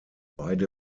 beide